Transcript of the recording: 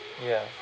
ya